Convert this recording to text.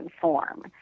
form